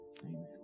amen